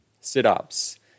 sit-ups